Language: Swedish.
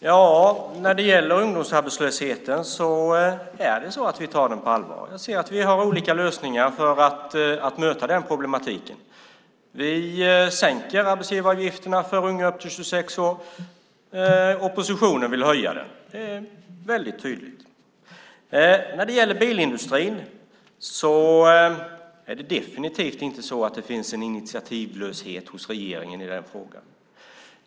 Fru talman! Vi tar ungdomsarbetslösheten på allvar. Jag ser att vi har olika lösningar för att möta den problematiken. Vi sänker arbetsgivaravgifterna för unga upp till 26 år. Oppositionen vill höja dem. Det är väldigt tydligt. När det gäller bilindustrin finns det definitivt inte en initiativlöshet hos regeringen i den frågan.